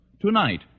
Tonight